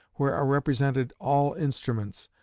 where are represented all instruments,